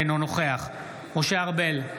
אינו נוכח משה ארבל,